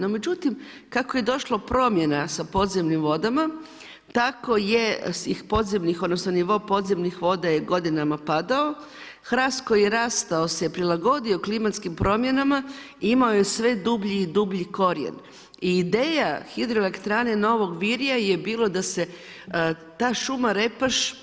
No, međutim, kako je došla promjena sa podzemnim vodama, tako je nivo podzemnih voda je godinama padao, hrast koji je rastao se prilagodio klimatskim promjenama, imao je sve dublji i dublji korijen i ideja hidroelektrane Novog Virja je bilo da se ta šuma Repaš